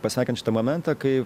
pasveikint šitą momentą kai